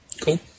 Cool